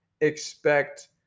expect